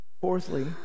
Fourthly